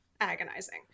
agonizing